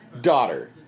daughter